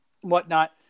whatnot